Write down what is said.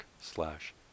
slash